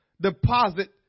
deposit